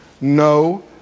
No